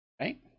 right